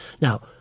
Now